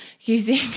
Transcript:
using